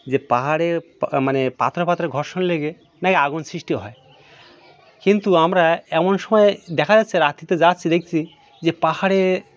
যে পাহাড়ে মানে পাথরে পাথরে ঘর্ষণ লেগে নাকি আগুন সৃষ্টি হয় কিন্তু আমরা এমন সময় দেখা যাচ্ছে রাত্রিতে যাচ্ছি দেখছি যে পাহাড়ে